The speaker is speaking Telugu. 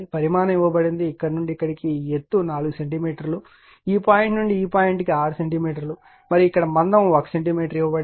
పరిమాణం ఇవ్వబడింది ఇక్కడ నుండి ఇక్కడకు ఈ ఎత్తు 4 సెంటీమీటర్లు ఇవ్వబడింది ఈ పాయింట్ నుండి ఈ పాయింట్ కు 6 సెంటీమీటర్లు ఇవ్వబడింది మరియు ఇక్కడ మందం 1 సెంటీమీటర్ ఇవ్వబడింది